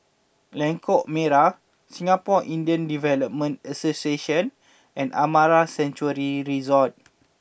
Lengkok Merak Singapore Indian Development Association and Amara Sanctuary Resort